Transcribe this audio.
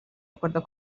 acuerdo